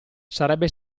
sarebbe